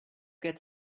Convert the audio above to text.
get